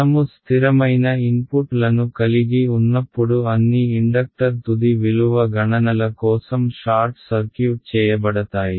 మనము స్థిరమైన ఇన్పుట్లను కలిగి ఉన్నప్పుడు అన్ని ఇండక్టర్ తుది విలువ గణనల కోసం షార్ట్ సర్క్యూట్ చేయబడతాయి